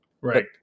right